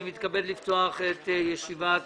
אני מתכבד לפתוח את ישיבת